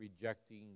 rejecting